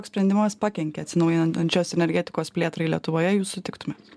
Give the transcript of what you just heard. sprendimas pakenkė atsinaujinančios energetikos plėtrai lietuvoje jūs sutiktumėt